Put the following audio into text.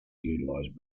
utilize